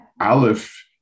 Aleph